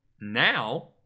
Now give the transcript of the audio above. now